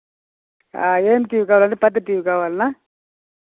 ఏమి టీవీ కావాలండి పెద్ద టీవీ కావాలా